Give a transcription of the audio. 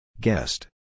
Guest